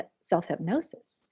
self-hypnosis